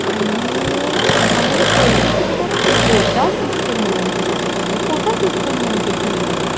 आनी हांवें पयलें कितें काय कितें कोटा सिस्टम म्हणून कितें आसा कोटा सिस्टम म्हणजे कितें